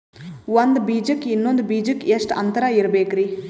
ಒಂದ್ ಬೀಜಕ್ಕ ಇನ್ನೊಂದು ಬೀಜಕ್ಕ ಎಷ್ಟ್ ಅಂತರ ಇರಬೇಕ್ರಿ?